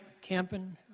Camping